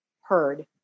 heard